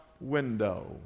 window